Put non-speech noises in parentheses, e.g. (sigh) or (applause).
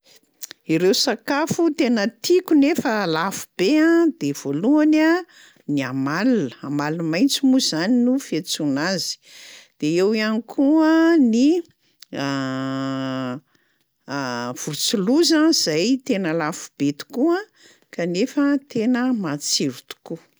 (noise) Ireo sakafo tena tiako nefa lafo be a de voalohany a ny amalona, amalo-maitso moa zany no fiantsoana azy, de eo ihany koa ny (hesitation) vorontsiloza zay tena lafobe tokoa kanefa tena matsiro tokoa.